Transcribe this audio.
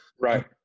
right